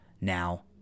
now